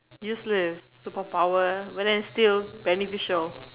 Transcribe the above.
useless superpower but then still beneficial